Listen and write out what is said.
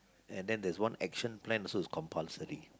and then there's one action plan also it's compulsory